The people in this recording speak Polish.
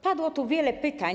Padło tu wiele pytań.